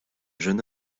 jeune